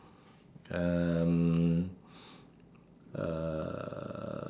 uh